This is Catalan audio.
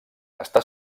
està